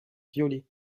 violets